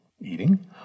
eating